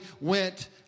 went